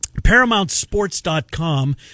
ParamountSports.com